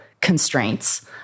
constraints